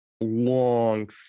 long